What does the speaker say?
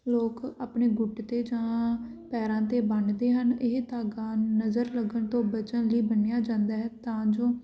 ਲੋਕ ਆਪਣੇ ਗੁੱਟ 'ਤੇ ਜਾਂ ਪੈਰਾਂ 'ਤੇ ਬੰਨ੍ਹਦੇ ਹਨ ਇਹ ਧਾਗਾ ਨਜ਼ਰ ਲੱਗਣ ਤੋਂ ਬਚਣ ਲਈ ਬੰਨਿਆ ਜਾਂਦਾ ਹੈ ਤਾਂ ਜੋ